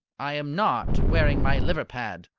i am not wearing my liver-pad,